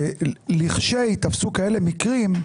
לכשייתפסו כאלה מקרים,